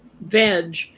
veg